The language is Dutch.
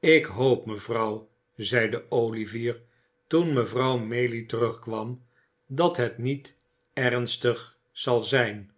ik hoop mevrouw zeide olivier toen mevrouw maylie terugkwam dat het niet ernstig zal zijn